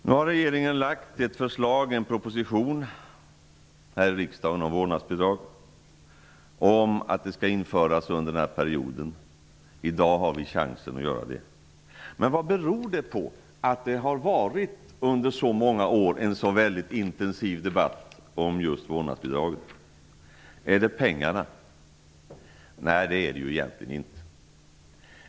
Nu har regeringen för riksdagen lagt fram en proposition om att vårdnadsbidrag skall införas under mandatperioden. I dag har vi chansen att göra det. Vad beror det på att det under så många år har varit en så väldigt intensiv debatt om just vårdnadsbidraget? Är det pengarna? Nej, det är det ju egentligen inte.